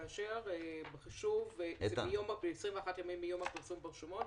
כאשר החישוב של 21 ימים הוא מיום הפרסום ברשומות.